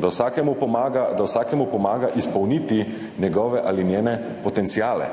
da vsakemu pomaga izpolniti njegove ali njene potenciale.